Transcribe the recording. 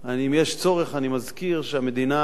אם יש צורך, אני מזכיר, שהמדינה,